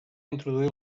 introduir